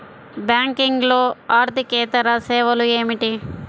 బ్యాంకింగ్లో అర్దికేతర సేవలు ఏమిటీ?